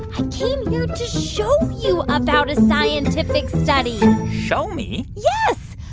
i came here to show you about a scientific study show me? yes.